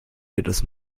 jedes